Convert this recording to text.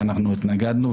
שאנחנו התנגדנו,